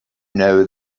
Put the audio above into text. know